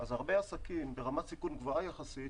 אז הרבה עסקים ברמת סיכון גבוהה יחסית